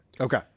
Okay